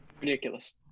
ridiculous